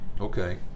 Okay